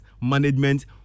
management